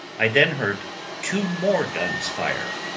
i then heard two more guns fire.